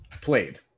played